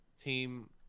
team